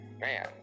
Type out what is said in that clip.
Man